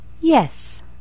Yes